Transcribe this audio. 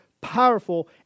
powerful